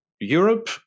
Europe